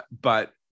but-